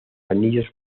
anillos